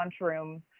lunchroom